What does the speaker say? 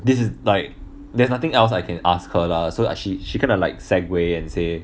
this is like there's nothing else I can ask her lah so like she she kinda like segue and say